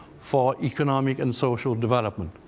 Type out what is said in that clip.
for economic and social development.